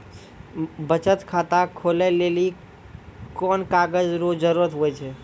बचत खाता खोलै लेली कोन कागज रो जरुरत हुवै छै?